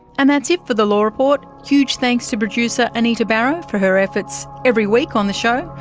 and that's it for the law report. huge thanks to producer anita barraud for her efforts every week on the show.